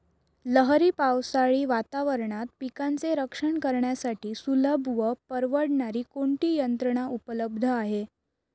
लहरी पावसाळी वातावरणात पिकांचे रक्षण करण्यासाठी सुलभ व परवडणारी कोणती यंत्रणा उपलब्ध आहे?